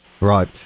Right